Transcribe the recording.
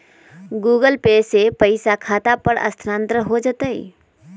Google Pay से पईसा खाता पर स्थानानंतर हो जतई?